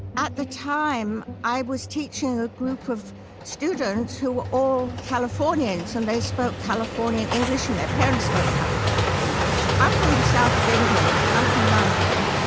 at the time, i was teaching a group of students who were all californians. and they spoke californian english, and their parents spoke californian english. i'm from the south of england, i'm from london.